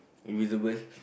invisible